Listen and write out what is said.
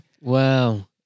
Wow